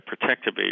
protective